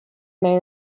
may